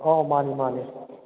ꯍꯣꯏ ꯍꯣꯏ ꯃꯥꯅꯦ ꯃꯥꯅꯦ